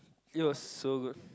it was so good